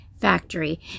Factory